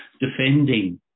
defending